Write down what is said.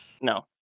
No